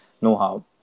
know-how